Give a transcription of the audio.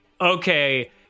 Okay